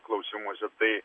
klausimuose tai